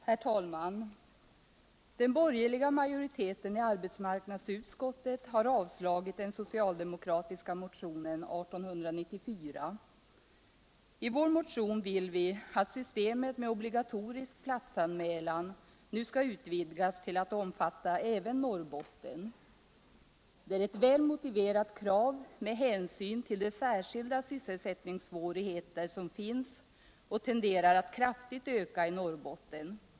Herr talman! Den borgerliga majoriteten i arbetsmarknadsutskottet har avstyrkt den socialdemokratiska motionen 1894. I vår motion vill vi att systemet med obligatorisk platsanmälan nu skall utvidgas till att omfatta även Norrbotten. Det är ett väl motiverat krav med hänsyn till de särskilda sysselsättningssvårigheter som finns och tenderar att kraftigt öka i Norrbotten.